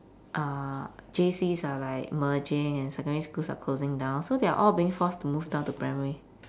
uh J_Cs are like merging and secondary schools are closing down so they're all being forced to move down to primary